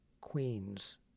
Queens